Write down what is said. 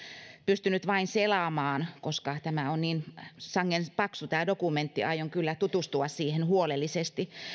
pystynyt vain selaamaan koska tämä on niin sangen paksu dokumentti aion kyllä tutustua siihen huolellisesti